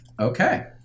Okay